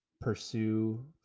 Pursue